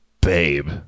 babe